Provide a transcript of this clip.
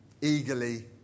eagerly